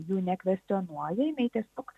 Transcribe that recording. jų nekvestionuoja jinai tiesiog